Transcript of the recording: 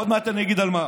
עוד מעט אני אגיד על מה.